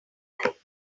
like